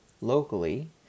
locally